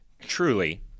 truly